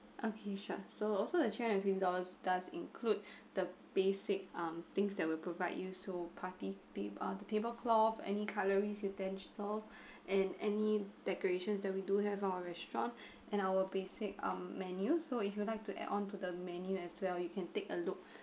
okay sure so also the three hundred and fifty dollars does include the basic um things that we'll provide you so party tab~ the table cloth any colour utensil and any decorations that we do have our restaurant and our basic um menu so if you would like to add on to the menu as well you can take a look